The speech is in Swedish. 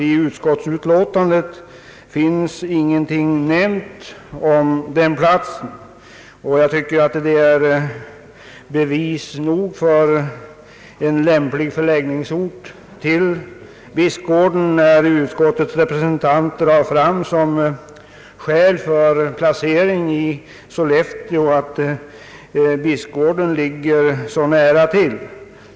I utskottets utlåtande finns ingenting nämnt om denna plats, och jag tycker att det är bevis nog för att Bispgården är en lämplig förläggningsort när utskottets representant som skäl för placering i Sollefteå drar fram det förhållandet att Bispgården ligger så nära till.